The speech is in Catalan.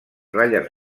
ratlles